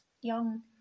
young